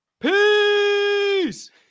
peace